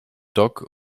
dock